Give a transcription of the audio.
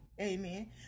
amen